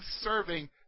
serving